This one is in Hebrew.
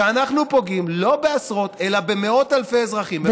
פוגעים לא בעשרות אלא במאות אלפי אזרחים,